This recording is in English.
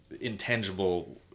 intangible